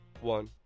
One